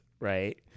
Right